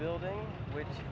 building which